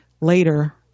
later